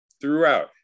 throughout